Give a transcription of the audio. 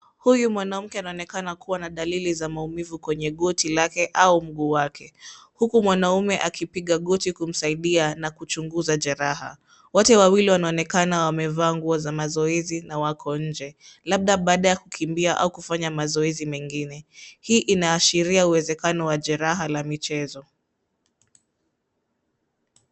Huyu mwanamke anaonekana kuwa na dalili za maumivu kwenye goti lake au mguu wake huku mwanaume akipiga goti kumsaidia na kuchunguza jeraha. Wote wawili wanaonekana wamevaa nguo za mazoezi na wako nje, labda baada ya kukimbia au kufanya mazoezi mengine. Hii inaashiria uwezekanao wa jeraha la michezo.